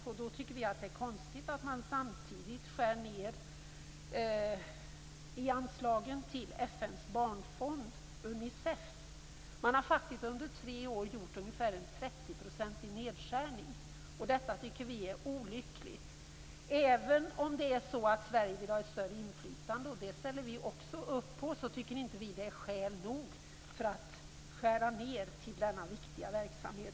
Vi tycker att det är konstigt att man samtidigt skär ned anslagen till FN:s barnfond Unicef. Man har faktiskt på tre år gjort en ungefär 30-procentig nedskärning. Vi tycker att detta är olyckligt. Även om Sverige vill ha ett större inflytande, något som också vi ställer oss bakom, tycker vi inte att detta är skäl nog för att göra nedskärningar i denna viktiga verksamhet.